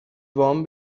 وام